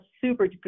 super